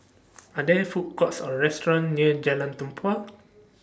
Are There Food Courts Or restaurants near Jalan Tempua